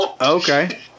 Okay